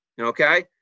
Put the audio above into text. Okay